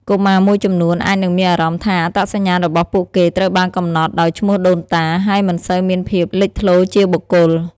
កុមារមួយចំនួនអាចនឹងមានអារម្មណ៍ថា អត្តសញ្ញាណរបស់ពួកគេត្រូវបានកំណត់ដោយឈ្មោះដូនតា ហើយមិនសូវមានភាពលេចធ្លោជាបុគ្គល។